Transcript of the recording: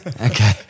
Okay